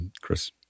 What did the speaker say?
Chris